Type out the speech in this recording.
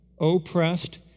oppressed